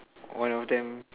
one of them